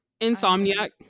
Insomniac